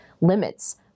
limits